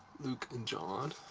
luke, and john.